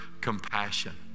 compassion